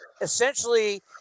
essentially